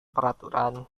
peraturan